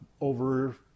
over